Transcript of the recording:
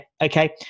okay